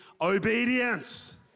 obedience